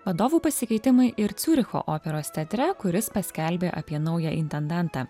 vadovų pasikeitimai ir ciuricho operos teatre kuris paskelbė apie naują intendantą